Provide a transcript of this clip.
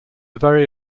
very